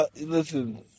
Listen